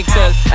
Cause